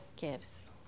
gives